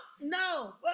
No